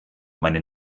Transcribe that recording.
meine